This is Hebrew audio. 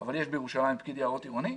אבל יש בירושלים פקיד יערות עירוני.